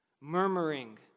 murmuring